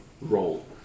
roll